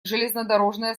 железнодорожная